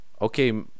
Okay